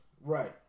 Right